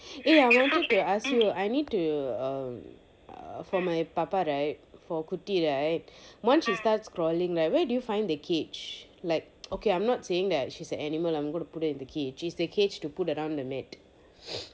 eh I wanted to ask you I need to um for my papa right for kutti right once she starts crawling right where do you find the cage like okay I'm not saying that she's an animal I'm gonna put her in a cage just the cage to put around the mat